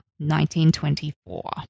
1924